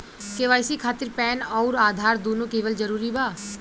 KYC खातिर PAN आउर आधार दुनों देवल जरूरी बा?